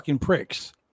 pricks